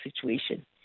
situation